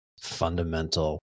fundamental